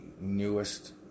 newest